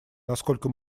насколько